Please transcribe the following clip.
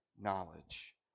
knowledge